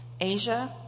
Asia